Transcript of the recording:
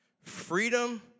freedom